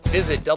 Visit